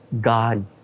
God